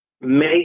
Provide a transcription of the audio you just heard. make